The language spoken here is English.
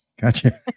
Gotcha